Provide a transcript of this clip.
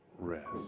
rest